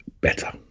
better